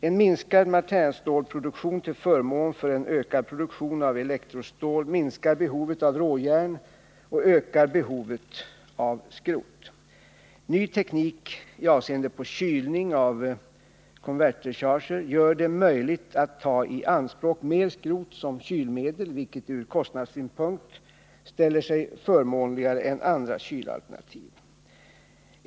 En minskad martinstålproduktion till förmån för en ökad produktion av elektrostål minskar behovet av råjärn och ökar behovet av skrot. Ny teknik i avseende på kylning av konvertercharger gör det möjligt att ta i anspråk mer skrot som kylmedel, vilket ur kostnadssynpunkt ställer sig förmånligare än andra kylalternativ.